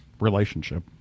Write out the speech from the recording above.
relationship